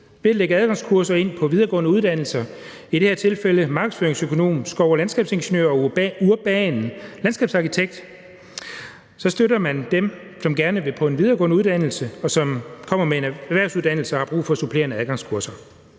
Det lægger adgangskurser ind på videregående uddannelser, i det her tilfælde markedsføringsøkonom, skov- og landskabsingeniør og urban landskabsarkitekt. Så støtter man dem, som gerne vil på en videregående uddannelse, og som kommer med en erhvervsuddannelse og har brug for supplerende adgangskurser.